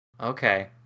Okay